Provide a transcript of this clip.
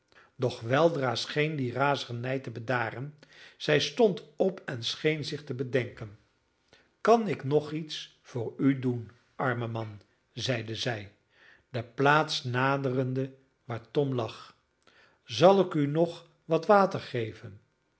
doch weldra scheen die razernij te bedaren zij stond op en scheen zich te bedenken kan ik nog iets voor u doen arme man zeide zij de plaats naderende waar tom lag zal ik u nog wat water geven